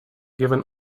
given